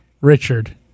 Richard